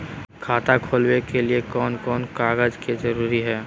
खाता खोलवे के लिए कौन कौन कागज के जरूरत है?